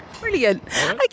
Brilliant